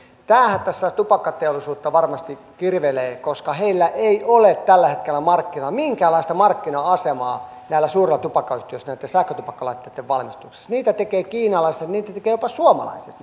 tämähän tässä tupakkateollisuutta varmasti kirvelee koska heillä ei ole tällä hetkellä markkinoilla minkäänlaista markkina asemaa näillä suurilla tupakkayhtiöillä sähkötupakkalaitteitten valmistuksessa niitä tupakkalaitteita tekevät kiinalaiset ja niitä tekevät jopa suomalaiset